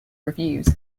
reviews